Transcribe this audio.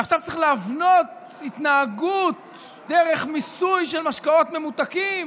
ועכשיו צריך להבנות התנהגות דרך מיסוי של משקאות ממותקים.